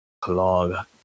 Clog